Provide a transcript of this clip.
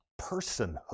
personhood